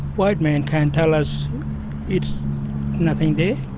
white man can't tell us it's nothing there.